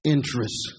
Interest